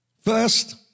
First